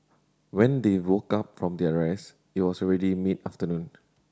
when they woke up from their rest it was already mid afternoon